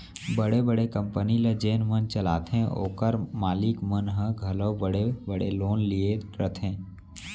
बड़े बड़े कंपनी ल जेन मन चलाथें ओकर मालिक मन ह घलौ बड़े बड़े लोन लिये रथें